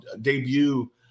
debut